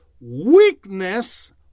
Weakness